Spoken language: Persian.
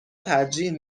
ترجیح